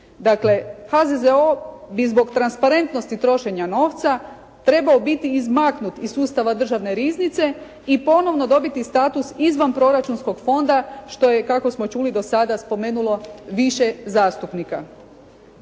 Dakle, HZZO bi zbog transparentnosti trošenja novca trebao biti izmaknut iz sustava Državne riznice i ponovno dobiti status izvan proračunskog fonda što je, kako smo čuli do sada, spomenulo više zastupnika.